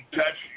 touch